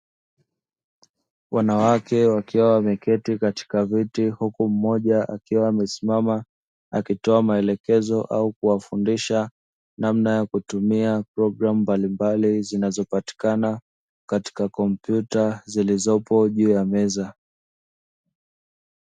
Wanawake wakiwa wameketi katika viti. Huku mmoja akiwa amesimama, akitoa maelekezo au kuwafundisha namna ya kutumia programu mbalimbali zinazopatikana katika kompyuta zilizopo juu ya meza.